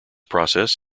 process